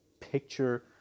picture